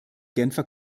genfer